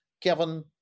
Kevin